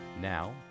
Now